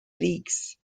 leagues